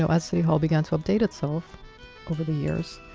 so as city hall began to update itself over the years,